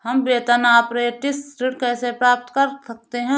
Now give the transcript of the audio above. हम वेतन अपरेंटिस ऋण कैसे प्राप्त कर सकते हैं?